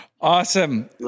Awesome